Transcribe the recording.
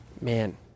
Man